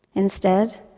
instead,